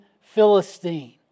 Philistine